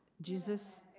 Jesus